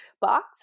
box